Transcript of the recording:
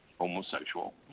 homosexual